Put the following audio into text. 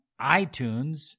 iTunes